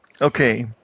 Okay